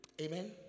Amen